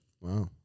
Wow